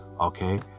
okay